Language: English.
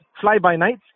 fly-by-nights